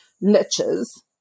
niches